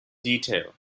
detail